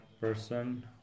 person